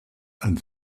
and